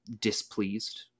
displeased